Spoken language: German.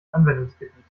anwendungsgebiet